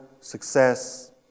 success